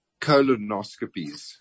colonoscopies